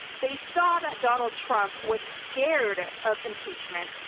they saw that donald trump was scared of impeachment.